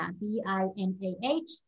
B-I-N-A-H